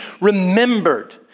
remembered